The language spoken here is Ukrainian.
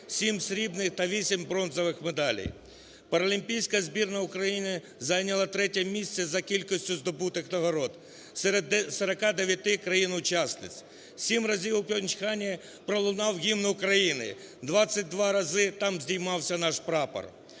7 срібних та 8 бронзових медалей. Паралімпійська збірна України зайняла ІІІ місце за кількістю здобутих нагород серед 49 країн-учасниць. Сім разів у Пхьончхані пролунав Гімн України, 22 рази там здіймався наш прапор.